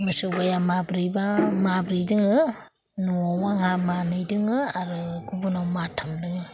मोसौ गायआ माब्रै बा माब्रै दोङो न'आव आंहा मानै दोङो आरो गुबुनाव माथाम दोङो